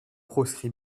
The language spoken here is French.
proscrit